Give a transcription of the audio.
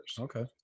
Okay